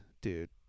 dude